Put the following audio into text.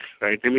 right